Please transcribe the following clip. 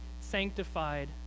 sanctified